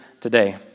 today